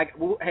hey